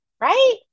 right